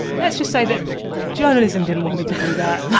let's just say that journalism didn't want me to do that.